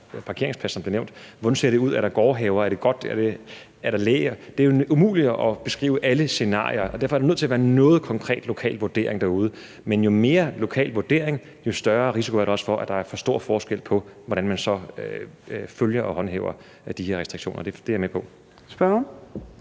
Hvordan ser det ud? Er der gårdhaver? Er det godt? Er der læ? Det er jo umuligt at beskrive alle scenarier, og derfor er der nødt til at være noget til konkret lokal vurdering derude, men jo mere lokal vurdering, jo større risiko er der også for, at der er for stor forskel på, hvordan man så følger og håndhæver de her restriktioner. Det er jeg med på.